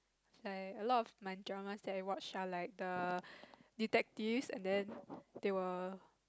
like a lot of my dramas that I watch are like detectives and then they were